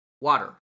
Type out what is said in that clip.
water